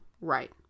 right